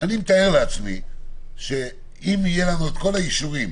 אני מתאר לעצמי שאם יהיו לנו את כל האישורים